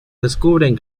descubren